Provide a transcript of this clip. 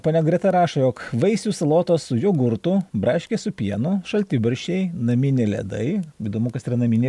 ponia greta rašo jog vaisių salotos su jogurtu braškės su pieno šaltibarščiai naminiai ledai įdomu kas yra naminė